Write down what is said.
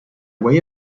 way